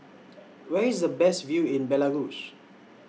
Where IS The Best View in Belarus